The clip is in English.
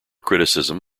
criticism